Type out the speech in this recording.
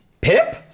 Pip